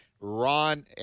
Ron